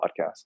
podcast